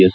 S